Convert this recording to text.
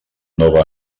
nova